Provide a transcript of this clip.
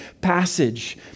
passage